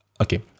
okay